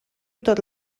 tot